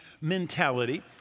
mentality